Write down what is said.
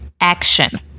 action